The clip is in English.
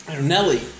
Nelly